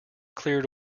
cleared